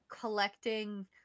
collecting